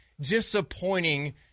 disappointing